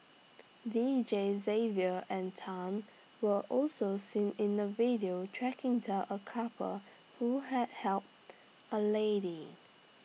Deejays Xavier and Tan were also seen in A video tracking down A couple who had helped A lady